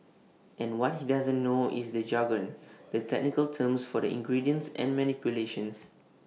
and what he doesn't know is the jargon the technical terms for the ingredients and manipulations